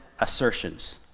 assertions